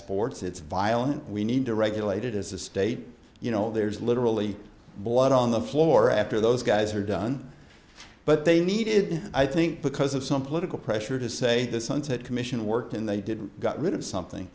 sports it's violent we need to regulate it as a state you know there's literally blood on the floor after those guys are done but they needed i think because of some political pressure to say the sunset commission worked and they did got rid of something